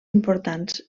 importants